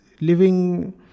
living